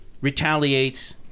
retaliates